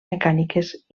mecàniques